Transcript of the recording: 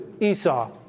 Esau